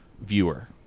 viewer